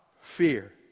fear